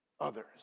others